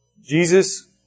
Jesus